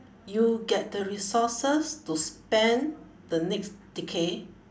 you get the resources to spend the next decade